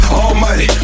almighty